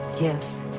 Yes